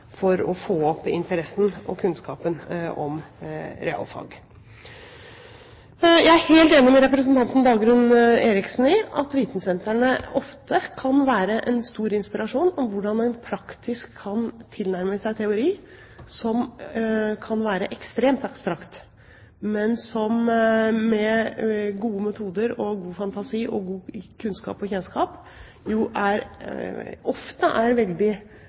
for å få opp interessen for og kunnskapen om realfag. Jeg er helt enig med representanten Dagrun Eriksen i at vitensentrene ofte kan være en stor inspirasjon til hvordan en praktisk kan tilnærme seg teori som kan være ekstremt abstrakt, men som med gode metoder, god fantasi og god kunnskap og kjennskap ofte er veldig